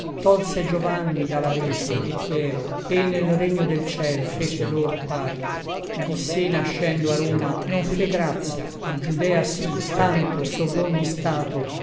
tolse giovanni da la rete et piero et nel regno del ciel fece lor parte di sé nascendo a roma non fe gratia a giudea sí tanto sovr'ogni stato